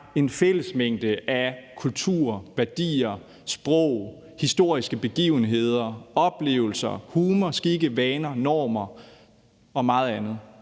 en fællesmængde af kultur, værdier, sprog, historiske begivenheder, oplevelser, humor, skikke, vaner, normer og meget andet.